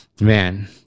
Man